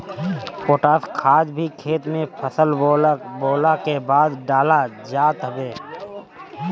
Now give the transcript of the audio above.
potash खाद भी खेत में फसल बोअला के बाद डालल जात हवे